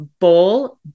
bowl